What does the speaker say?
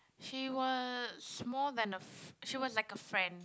she was more than a f~ she was like a friend